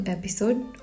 Episode